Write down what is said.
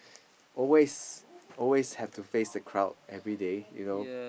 always always have to face the crowd everyday you know